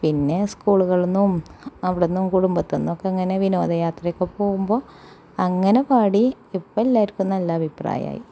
പിന്നെ സ്കൂളുകളിൽ നിന്നും അവിടുന്നും കുടുംബത്തിൽ നിന്നൊക്കെ അങ്ങനെ വിനോദയാത്രയൊക്കെ പോകുമ്പോൾ അങ്ങനെ പാടി ഇപ്പം എല്ലാവർക്കും നല്ല അഭിപ്രായമായി